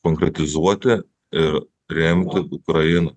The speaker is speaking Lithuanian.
konkretizuoti ir remti ukrainą